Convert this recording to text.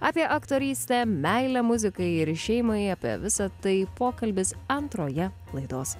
apie aktorystę meilę muzikai ir šeimai apie visa tai pokalbis antroje laidos